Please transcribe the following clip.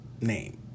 name